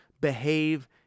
behave